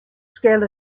scale